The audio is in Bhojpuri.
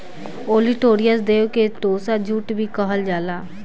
ओलीटोरियस देव के टोसा जूट भी कहल जाला